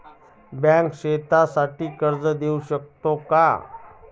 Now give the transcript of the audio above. Bank शेतीसाठी कर्ज देऊ शकते का?